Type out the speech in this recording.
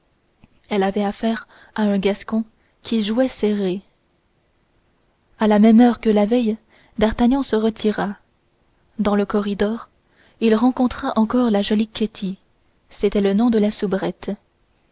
elle avait affaire à un gascon qui jouait serré à la même heure que la veille d'artagnan se retira dans le corridor il rencontra encore la jolie ketty c'était le nom de la soubrette